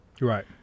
Right